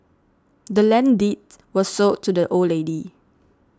the land's deed was sold to the old lady